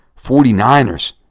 49ers